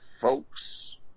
folks